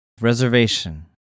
Reservation